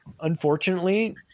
unfortunately